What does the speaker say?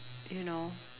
you know